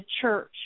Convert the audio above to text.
church